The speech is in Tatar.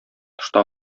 тышта